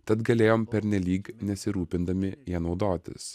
tad galėjom pernelyg nesirūpindami ja naudotis